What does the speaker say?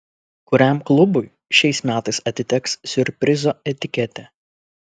kuriam klubui šiais metais atiteks siurprizo etiketė